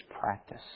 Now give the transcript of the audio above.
practice